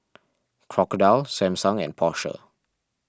Crocodile Samsung and Porsche